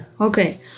Okay